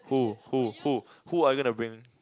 who who who who are you going to bring